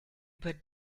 über